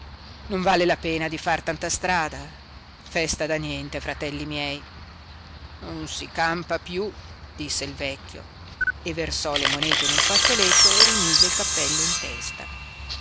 non vale la pena di far tanta strada festa da niente fratelli miei non si campa piú disse il vecchio e versò le monete in un fazzoletto e rimise il cappello in testa